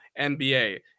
NBA